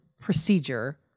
procedure